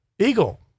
Eagle